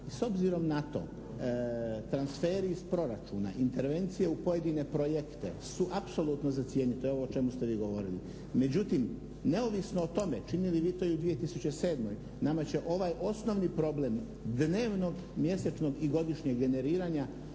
s obzirom na to transferi iz proračuna intervencije u pojedine projekte su apsolutno za cijenit, to je ovo o čemu ste vi govorili. Međutim, neovisno o tome činili vi to u 2007. nama će ovaj osnovni problem dnevnog, mjesečnog i godišnjeg generiranja